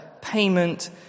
payment